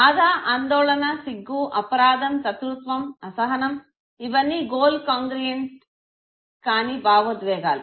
భాధ ఆందోళన సిగ్గు అపరాధం శత్రుత్వం అసహనం ఇవన్నీ గోల్ కాంగృయెన్ట్ కాని భావోద్వేగాలు